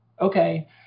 Okay